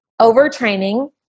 overtraining